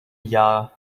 jahr